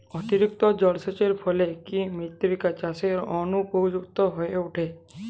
অতিরিক্ত জলসেচের ফলে কি মৃত্তিকা চাষের অনুপযুক্ত হয়ে ওঠে?